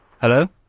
Hello